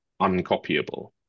uncopyable